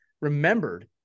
remembered